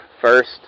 first